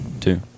two